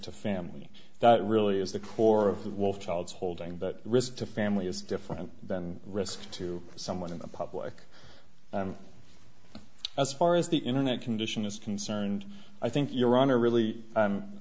to family that really is the core of the wolf child's holding that risk to family is different than risk to someone in the public and as far as the internet condition is concerned i think iran are really